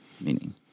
meaning